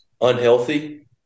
unhealthy